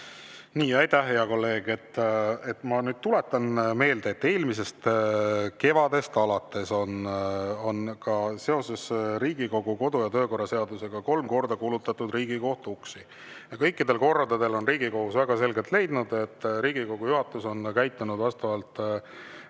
Aitäh, hea kolleeg! Ma tuletan meelde, et eelmisest kevadest alates on ka seoses Riigikogu kodu‑ ja töökorra seadusega kolm korda kulutatud Riigikohtu uksi. Ja kõikidel kordadel on Riigikohus väga selgelt leidnud, et Riigikogu juhatus on käitunud vastavalt